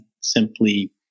simply